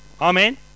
amen